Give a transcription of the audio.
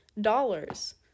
dollars